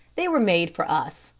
they were made for us.